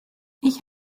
ich